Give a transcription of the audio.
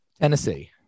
Tennessee